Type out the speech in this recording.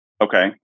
Okay